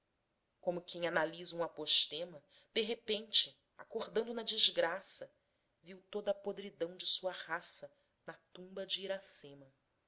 como quem analisa uma apostema de repente acordando na desgraça viu toda a podridão de sua raça na tumba de iracema